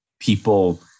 people